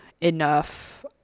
enough